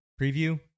preview